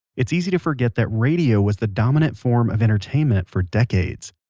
it's easy to forget that radio was the dominant form of entertainment for decades.